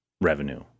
revenue